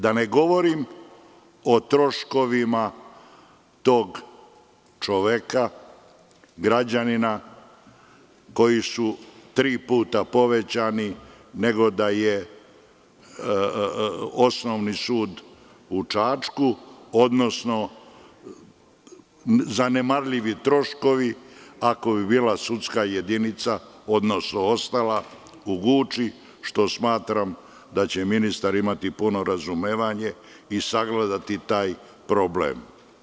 Da ne govorim o troškovima tog čoveka, građanina koji su tri puta povećani, nego da je Osnovni sud u Čačku, odnosno zanemarljivi troškovi ako bi sudska jedinica bila u Guči, za šta smatram da će ministar imati puno razumevanja i sagledati taj problem.